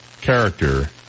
character